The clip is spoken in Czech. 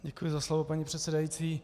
Děkuji za slovo, paní předsedající.